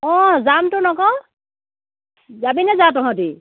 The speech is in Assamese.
যামতোন অক যাবি নাযাও তহঁতি